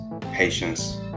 patience